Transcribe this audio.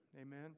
Amen